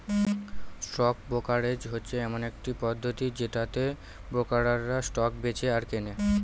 stock brokerage হচ্ছে এমন একটি পদ্ধতি যেটাতে ব্রোকাররা স্টক বেঁচে আর কেনে